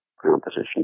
composition